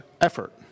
effort